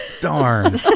Darn